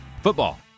football